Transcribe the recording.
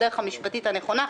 בדרך המשפטית הנכונה,